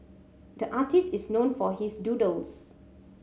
the artist is known for his doodles